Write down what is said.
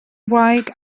wraig